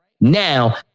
Now